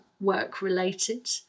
work-related